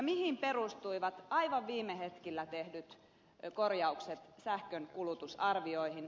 mihin perustuivat aivan viime hetkillä tehdyt korjaukset sähkön kulutusarvioihin